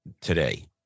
today